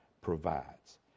provides